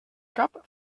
cap